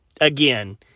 again